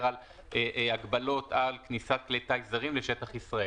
על הגבלות על כניסת כלי טיס זרים לשטח ישראל.